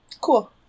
Cool